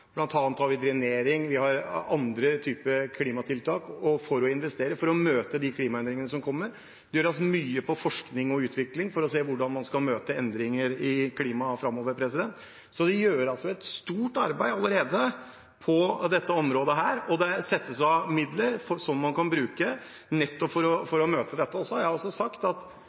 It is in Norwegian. har man drenering og andre typer klimatiltak for å investere og møte de klimaendringene som kommer. Det gjøres mye innen forskning og utvikling for å se hvordan man skal møte endringer i klimaet framover. Det gjøres allerede et stort arbeid på dette området, og det settes av midler som man kan bruke nettopp for å møte dette. Jeg har også sagt at i forbindelse med jordbruksoppgjøret i neste runde vil f.eks. noe av det som komiteen og flere har